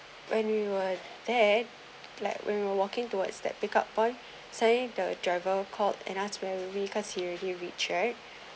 when you are there like when we were walking towards that pick up point say the driver called an ask where are we because he already reach right